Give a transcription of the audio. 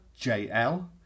JL